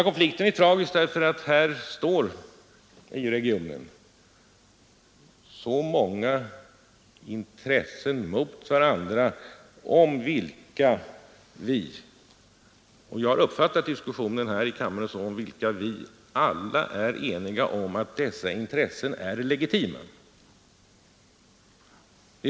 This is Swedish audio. Den är tragisk därför att här står i regionen mot varandra så många intressen som vi alla — jag har uppfattat diskussionen här i kammaren på det sättet — är eniga om är legitima.